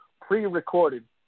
pre-recorded